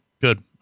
Good